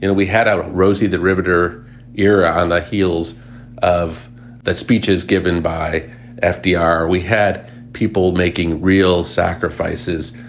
you know we had our rosie the riveter era on the heels of the speeches given by ah fdr. we had people making real sacrifices.